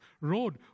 Road